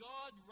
God